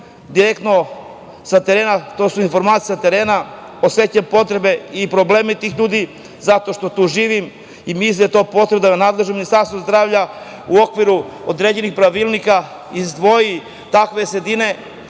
direktno sa terena. To su informacije sa terena. Osećam potrebu i probleme tih ljudi zato što tu živim i mislim da je to potrebno da nadležno Ministarstvo zdravlja u okviru određenih pravilnika izdvoji takve sredine